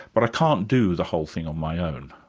but i can't do the whole thing on my own.